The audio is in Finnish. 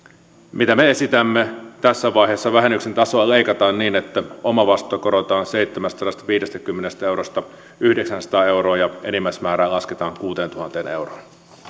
mitä me esitämme tässä vaiheessa on että vähennyksen tasoa leikataan niin että omavastuuta korotetaan seitsemästäsadastaviidestäkymmenestä eurosta yhdeksäänsataan euroon ja enimmäismäärää lasketaan kuuteentuhanteen